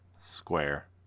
square